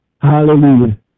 Hallelujah